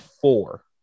four